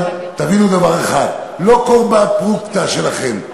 אבל תבינו דבר אחד: לא כל בר-פלוגתא שלכם,